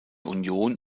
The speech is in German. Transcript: union